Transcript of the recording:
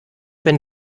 wenn